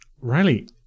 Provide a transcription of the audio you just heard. Riley